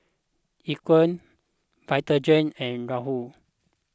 Equal Vitagen and Raoul